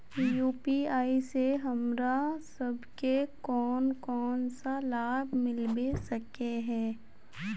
UPI से हमरा सब के कोन कोन सा लाभ मिलबे सके है?